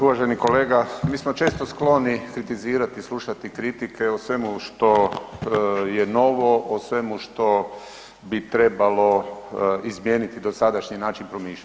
Uvaženi kolega mi smo često skloni kritizirati i slušati kritike o svemu što je novo, o svemu što bi trebalo izmijeniti dosadašnji način promišljanja.